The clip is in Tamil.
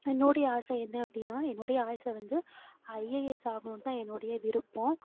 என்னுடைய ஆசை என்ன அப்படின்னா என்னுடைய ஆசை வந்து ஐஏஎஸ் ஆகணும்ன் தான் என்னுடைய விருப்பம்